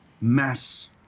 mass